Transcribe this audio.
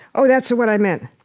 oh, that's what i meant